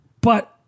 But-